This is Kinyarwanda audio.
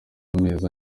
amezi